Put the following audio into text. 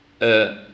uh